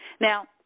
Now